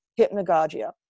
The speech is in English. hypnagogia